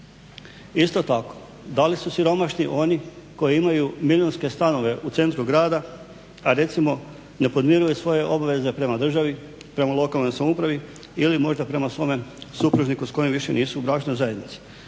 Isto tako, da li su siromašni oni koji imaju milijunske stanove u centru grada, a recimo ne podmiruje svoje obveze prema državi, prema lokalnoj samoupravi ili možda prema svome supružniku s kojim više nisu u bračnoj zajednici.